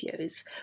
videos